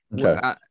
Okay